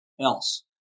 else